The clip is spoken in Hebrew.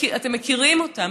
אתם מכירים אותם,